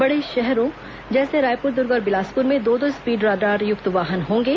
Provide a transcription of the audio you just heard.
बड़े शहरों रायपुर दुर्ग और बिलासपुर में दो दो स्पीड राडार युक्त वाहन होंगे